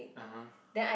(uh huh)